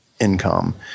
income